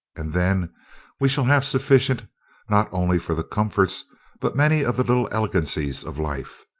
and then we shall have sufficient not only for the comforts but many of the little elegancies of life.